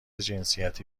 جنسیتی